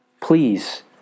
Please